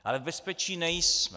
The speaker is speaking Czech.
Ale v bezpečí nejsme.